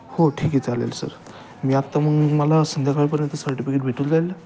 हो ठीक आहे चालेल सर मी आत्ता मग मला संध्याकाळपर्यंत सर्टिफिकेट भेटून जाईल